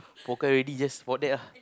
forget already this for they